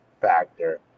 factor